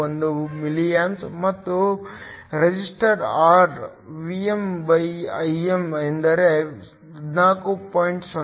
031 milliamps ಮತ್ತು resistor R VmIm ಅಂದರೆ 14